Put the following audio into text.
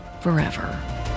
forever